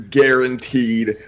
guaranteed